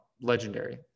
legendary